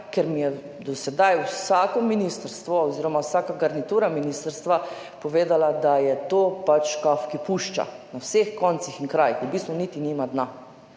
Ker mi je do sedaj vsako ministrstvo oziroma vsaka garnitura ministrstva povedala, da je to pač škaf, ki pušča, na vseh koncih in krajih, v bistvu niti nima dna